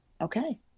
Okay